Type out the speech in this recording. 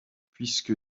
puisque